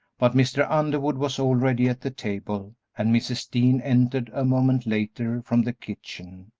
but mr. underwood was already at the table and mrs. dean entered a moment later from the kitchen,